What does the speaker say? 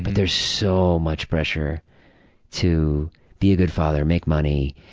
but there's so much pressure to be a good father, make money